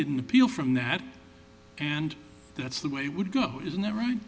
didn't appeal from that and that's the way would go isn't it right